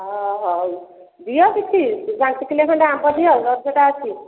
ଅ ହଉ ଦିଅ କିଛି ପାଞ୍ଚ କିଲୋ ଖଣ୍ଡେ ଆମ୍ବ ଦିଅ ରଜଟା ଅଛି